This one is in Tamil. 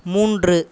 மூன்று